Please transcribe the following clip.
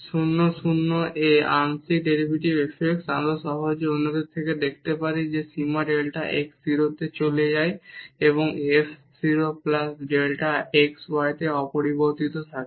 0 0 এ আংশিক derivative fx আমরা সহজেই অন্যদের দেখাতে পারি যেমন সীমা ডেল্টা x 0 তে যায় এবং f 0 প্লাস ডেল্টা x yতে অপরিবর্তিত থাকে